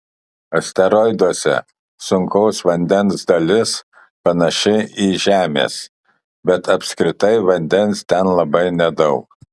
asteroiduose sunkaus vandens dalis panaši į žemės bet apskritai vandens ten labai nedaug